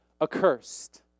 accursed